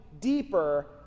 deeper